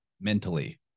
mentally